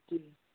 जी